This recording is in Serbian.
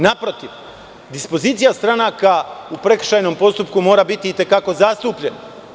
Naprotiv, dispozicija stranaka u prekršajnom postupku mora biti i te kako zastupljena.